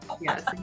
yes